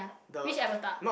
which Avatar